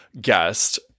guest